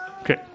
Okay